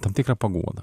tam tikrą paguoda